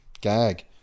gag